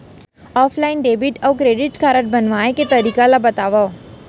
Offline debit अऊ credit card बनवाए के तरीका ल बतावव?